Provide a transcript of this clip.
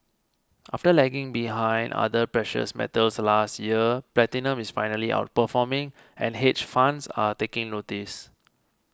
after lagging behind other precious metals last year platinum is finally outperforming and hedge funds are taking notice